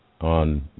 on